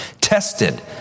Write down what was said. tested